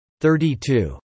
32